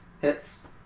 Hits